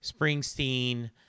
Springsteen